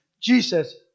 Jesus